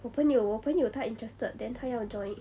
我朋友我朋友他 interested then 他要 join